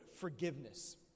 forgiveness